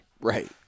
Right